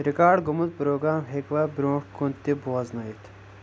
record گوٚمُت programme ہیٚکوا برٛونٛہہ کُن تہِ بوزنٲیِتھ